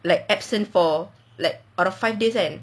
like absent for like out of five days leh